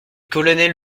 colonel